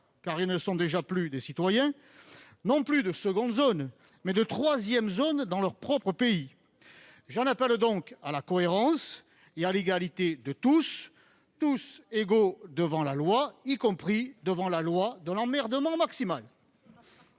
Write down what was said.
car ils ne sont déjà plus des citoyens -non plus de seconde zone, mais de troisième zone dans leur propre pays. J'en appelle donc à la cohérence et à l'égalité de tous : nous sommes tous égaux devant la loi, y compris devant la loi de l'emmerdement maximal.